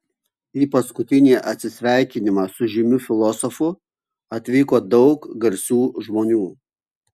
į paskutinį atsisveikinimą su žymiu filosofu atvyko daug garsių žmonių